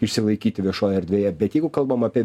išsilaikyti viešoje erdvėje bet jeigu kalbam apie